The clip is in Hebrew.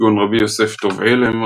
כגון רבי יוסף טוב עלם,